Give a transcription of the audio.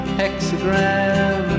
hexagram